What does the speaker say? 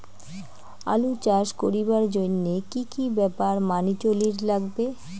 আলু চাষ করিবার জইন্যে কি কি ব্যাপার মানি চলির লাগবে?